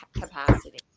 capacity